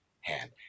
hand